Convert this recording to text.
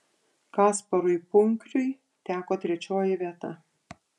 kasparui punkriui teko trečioji vieta